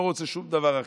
לא רוצה שום דבר אחר.